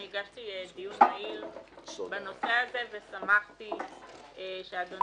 אני הגשתי דיון מהיר בנושא הזה ושמחתי שאדוני